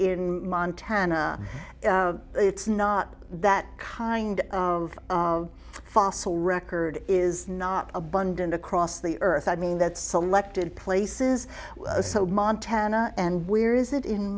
in montana it's not that kind of fossil record is not abundant across the earth i mean that's selected places so montana and where is it in